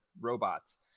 robots